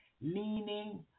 Leaning